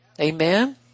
Amen